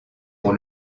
pour